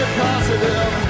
positive